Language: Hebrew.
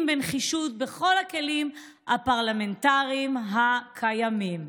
בנחישות בכל הכלים הפרלמנטריים הקיימים.